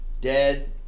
Dead